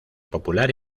popular